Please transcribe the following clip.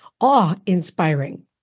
awe-inspiring